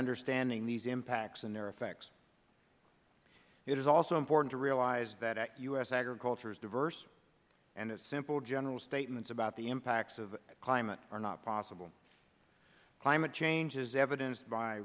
understanding these impacts and their effects it is also important to realize that u s agriculture is diverse and that simple general statements about the impacts of climate are not possible climate change is evidenced by